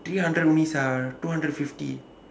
three hundred miss ah two hundred and fifty